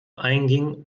einging